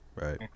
right